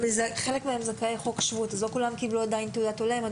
חלק מהם זכאי חוק שבות ועדיין לא קיבלו תעודת עולה.